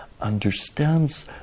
understands